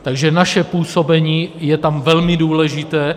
Takže naše působení je tam velmi důležité.